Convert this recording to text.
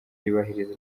yubahiriza